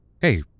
Hey